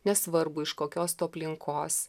nesvarbu iš kokios tu aplinkos